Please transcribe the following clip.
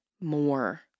more